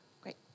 Great